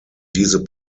diese